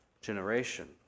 generation